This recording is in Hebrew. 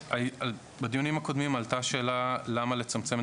בדיונים הקודמים עלתה השאלה למה לצמצם את